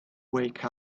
wake